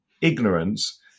ignorance